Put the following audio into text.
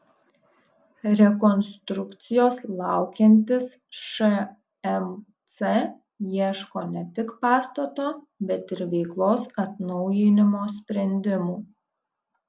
rekonstrukcijos laukiantis šmc ieško ne tik pastato bet ir veiklos atnaujinimo sprendimų